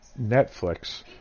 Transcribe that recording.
netflix